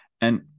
And-